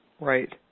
Right